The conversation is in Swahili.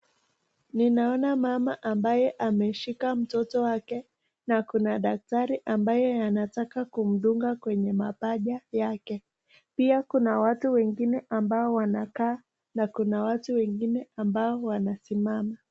Ninaona mama ambaye ameshika mtoto wake na kuna daktari ambaye anataka kumdunga kwenye mapaja yake, pia kuna watu wengine ambao wanakaa na kuna watu wengine ambao wanasimama.